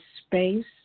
space